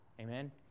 Amen